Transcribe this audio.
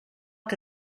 que